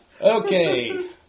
Okay